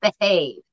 behave